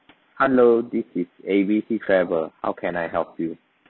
hello this is A B C travel how can I help you